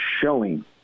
showing